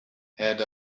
had